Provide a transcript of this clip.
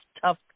tough